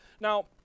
Now